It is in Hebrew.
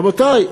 רבותי,